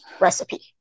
recipe